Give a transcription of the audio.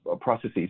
processes